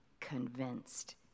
convinced